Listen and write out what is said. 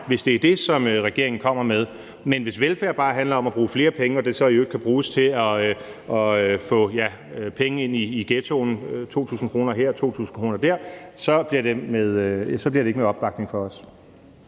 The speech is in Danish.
hvis det er det, som regeringen kommer med. Men hvis velfærd bare handler om at bruge flere penge og de så i øvrigt kan bruges til at få penge ind i ghettoen, 2.000 kr. her og 2.000 kr. der, så bliver det ikke med opbakning fra os.